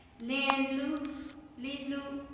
lynn loo leloo